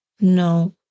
No